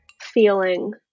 feeling